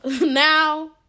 now